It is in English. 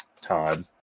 Todd